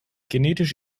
genetisch